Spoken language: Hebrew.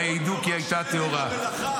וידעו כי הייתה טהורה".